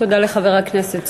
תודה לחבר הכנסת שטבון.